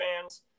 fans